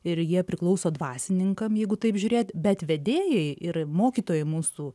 ir jie priklauso dvasininkam jeigu taip žiūrėti bet vedėjai ir mokytojai mūsų